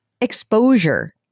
exposure